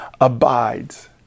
abides